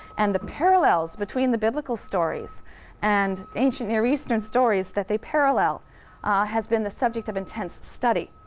and the parallels between the biblical stories and ancient near eastern stories that they parallel has been the subject of intense study.